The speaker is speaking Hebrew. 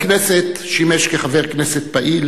בכנסת שימש חבר כנסת פעיל